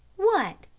what!